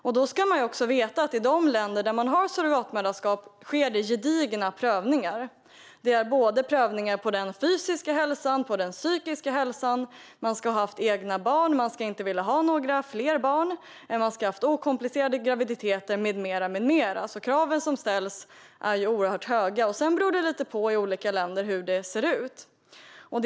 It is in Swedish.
Man ska veta att det i de länder som tillåter surrogatmoderskap sker gedigna prövningar av såväl den fysiska som den psykiska hälsan. Surrogatmamman ska till exempel ha fött egna barn och inte vilja ha fler barn samt ha haft okomplicerade graviditeter. Kraven som ställs är alltså oerhört höga. Det beror också lite på hur det ser ut i olika länder.